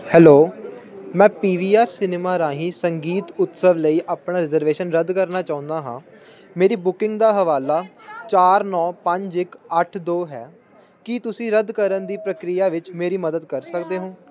hello ਮੈਂ P V R cinema ਰਾਹੀਂ ਸੰਗੀਤ ਉਤਸਵ ਲਈ ਆਪਣਾ ਰਿਜ਼ਰਵੇਸ਼ਨ ਰੱਦ ਕਰਨਾ ਚਾਹੁੰਦਾ ਹਾਂ ਮੇਰੀ ਬੁਕਿੰਗ ਦਾ ਹਵਾਲਾ ਚਾਰ ਨੌਂ ਪੰਜ ਇੱਕ ਅੱਠ ਦੋ ਹੈ ਕੀ ਤੁਸੀਂ ਰੱਦ ਕਰਨ ਦੀ ਪ੍ਰਕਿਰਿਆ ਵਿੱਚ ਮੇਰੀ ਮਦਦ ਕਰ ਸਕਦੇ ਹੋ